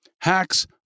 Hacks